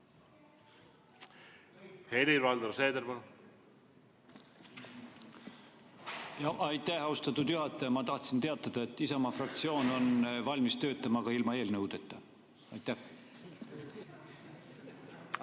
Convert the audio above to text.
Helir-Valdor Seeder, palun! Aitäh, austatud juhataja! Ma tahtsin teatada, et Isamaa fraktsioon on valmis töötama ka ilma eelnõudeta. Aitäh,